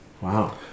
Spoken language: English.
Wow